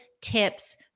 tips